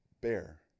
bear